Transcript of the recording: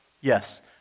Yes